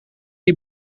die